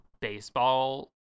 baseball